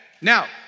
Now